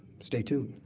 stay tuned.